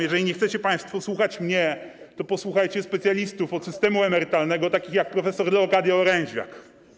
Jeżeli nie chcecie państwo słuchać mnie, to posłuchajcie specjalistów od systemu emerytalnego, takich jak prof. Leokadia Oręziak.